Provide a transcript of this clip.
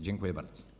Dziękuję bardzo.